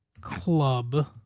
Club